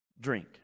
drink